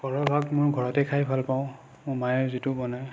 সৰহভাগ মোৰ ঘৰতেই খাই ভালপাওঁ মোৰ মায়েও যিটো বনায়